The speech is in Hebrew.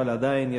אבל עדיין,